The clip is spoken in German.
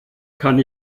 kann